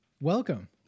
welcome